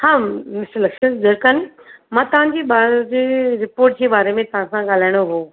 हा मिस्टर लक्ष्मण दिरकानी मां तव्हां जे ॿार जे रिपोट जे बारे में तव्हां सां ॻाल्हाइणो हो